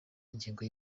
ingengo